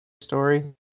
Story